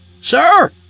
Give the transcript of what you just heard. Sir